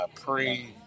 pre-